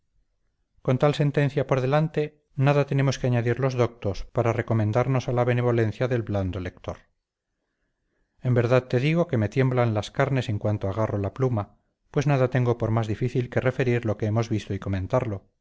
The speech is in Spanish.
con tal sentencia por delante nada tenemos que añadir los doctos para recomendarnos a la benevolencia del blando lector en verdad te digo que me tiemblan las carnes en cuanto agarro la pluma pues nada tengo por más difícil que referir lo que hemos visto y comentarlo